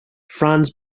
franz